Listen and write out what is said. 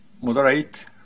moderate